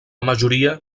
majoria